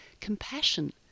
compassion